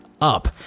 up